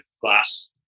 glass